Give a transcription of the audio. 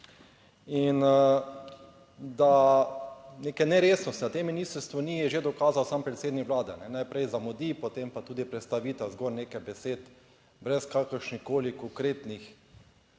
In da neke neresnosti na tem ministrstvu ni, je že dokazal sam predsednik Vlade - najprej zamudi, potem pa tudi prestavitev zgolj nekaj besed brez kakršnihkoli konkretnih